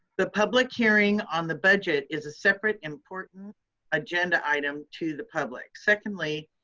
the public hearing on the budget is a separate important agenda item to the public. secondly,